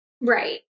Right